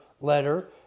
letter